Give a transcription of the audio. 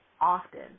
often